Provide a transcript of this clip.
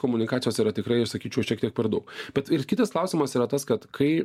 komunikacijos yra tikrai aš sakyčiau šiek tiek per daug bet ir kitas klausimas yra tas kad kai